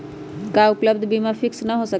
का उपलब्ध बीमा फिक्स न होकेला?